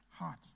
heart